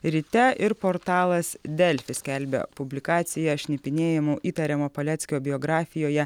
ryte ir portalas delfi skelbia publikaciją šnipinėjimu įtariamo paleckio biografijoje